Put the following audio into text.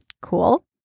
Cool